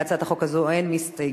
להצעת החוק הזאת אין מסתייגים,